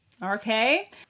Okay